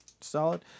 solid